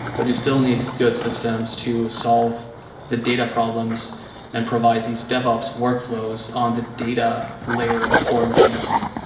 but you still need good systems to solve the data problems and provide these devops workflows on the data layer for machine learning.